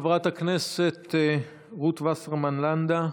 חברת הכנסת רות וסרמן לנדה,